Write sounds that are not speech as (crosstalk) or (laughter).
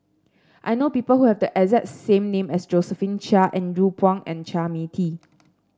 I know people who have the exact same name as Josephine Chia Andrew Phang and Chua Mia Tee (noise)